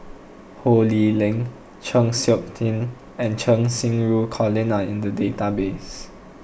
Ho Lee Ling Chng Seok Tin and Cheng Xinru Colin are in the database